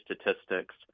statistics